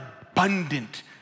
abundant